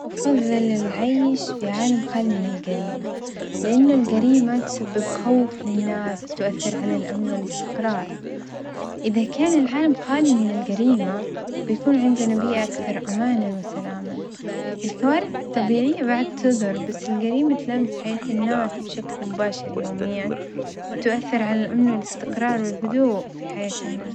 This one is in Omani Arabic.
أفظل العيش في عالم خالي من الجريمة، لأن الجريمة تسبب خوف للناس تؤثر على الأمن والإستقرار، إذا كان العالم خالي من الجريمة، بيكون عندنا بيئة أكثر أمانًا وسلامًا، الكوارث الطبيعية بعد تظر بس الجريمة تلامس حياة الناس بشكل مباشر يوميًا وتؤثر على الأمن والإستقرار والهدوء في حياة الناس.